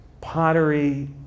Pottery